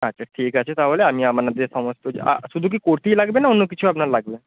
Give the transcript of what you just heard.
আচ্ছা ঠিক আছে তাহলে আমি আপনাদের সমস্ত যা শুধু কি কুর্তিই লাগবে না অন্য কিছুও আপনার লাগবে